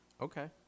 okay